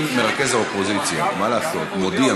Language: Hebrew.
אם מרכז האופוזיציה מודיע,